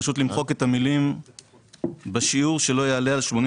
אפשר למחוק את המילים "בשיעור שלא יעלה על 80